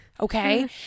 okay